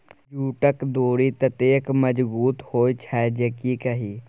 जूटक डोरि ततेक मजगुत होए छै जे की कही